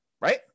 right